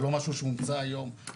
זה לא משהו שהוא נמצא היום,